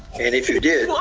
and if you did,